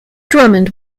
drummond